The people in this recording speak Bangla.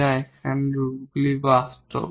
যা এখানে রুটগুলি বাস্তব